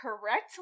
correct